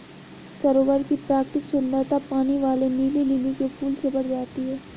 सरोवर की प्राकृतिक सुंदरता पानी वाले नीले लिली के फूल से बढ़ जाती है